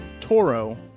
Toro